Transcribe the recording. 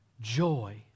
joy